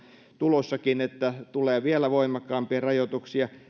tulossakin että tulee vielä voimakkaampia rajoituksia